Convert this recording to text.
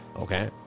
okay